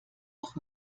noch